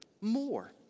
more